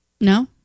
No